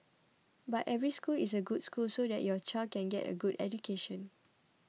but every school is a good school so that your child can get a good education